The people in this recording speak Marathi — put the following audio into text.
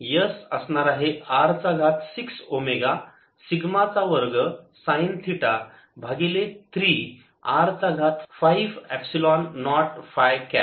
S असणार आहे R चा घात 6 ओमेगा सिग्मा चा वर्ग साईन थिटा भागिले 3 r चा घात 5 एपसिलोन नॉट फाय कॅप